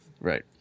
Right